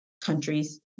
countries